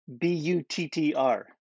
B-U-T-T-R